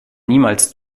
niemals